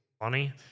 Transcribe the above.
funny